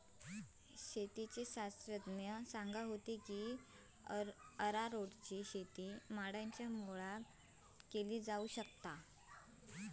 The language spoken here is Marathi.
शेतीतले शास्त्रज्ञ सांगा होते की अरारोटची शेती माडांच्या मुळाक केली जावक शकता